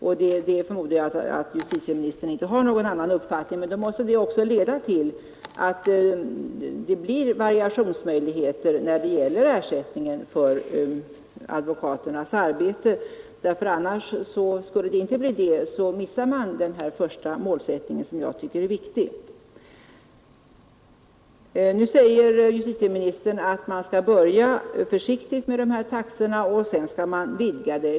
Jag förmodar att justitieministern inte har någon annan uppfattning på den punkten, men då måste det också leda till att det blir variationsmöjligheter när det gäller ersättningen för advokaternas arbete. Annars missar man den första målsättningen som jag tycker är viktig. Justitieministern säger att man skall börja försiktigt med dessa taxor och sedan skall man vidga området.